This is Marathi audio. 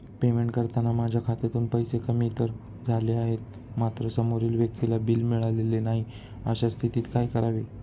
पेमेंट करताना माझ्या खात्यातून पैसे कमी तर झाले आहेत मात्र समोरील व्यक्तीला बिल मिळालेले नाही, अशा स्थितीत काय करावे?